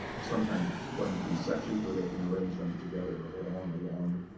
sometimes it's twenty three sections. or they can arrange them together on a long,